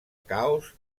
caos